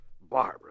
Barbara